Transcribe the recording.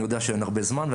אני יודע שאין הרבה זמן,